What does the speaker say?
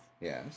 Yes